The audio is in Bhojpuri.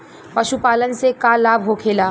पशुपालन से का लाभ होखेला?